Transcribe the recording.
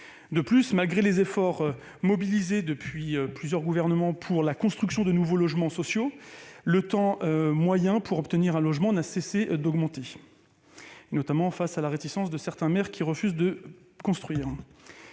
De plus, malgré les efforts mobilisés par plusieurs gouvernements pour la construction de nouveaux logements sociaux, le temps moyen pour obtenir un logement n'a cessé d'augmenter, notamment en raison de la réticence de certains maires qui refusent de construire.